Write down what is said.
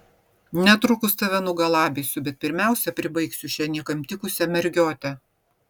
netrukus tave nugalabysiu bet pirmiausia pribaigsiu šią niekam tikusią mergiotę